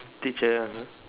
teacher (uh huh)